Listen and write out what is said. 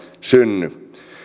synny